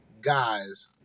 guys